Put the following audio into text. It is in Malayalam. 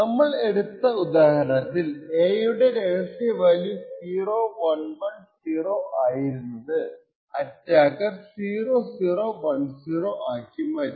നമ്മൾ എടുത്ത ഉദാഹരണത്തിൽ a യുടെ രഹസ്യ വാല്യൂ 0110 ആയിരുന്നത് അറ്റാക്കർ 0010 ആക്കി മാറ്റി